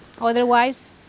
otherwise